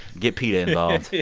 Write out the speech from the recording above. get peta involved